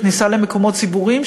בכניסה למקומות ציבוריים,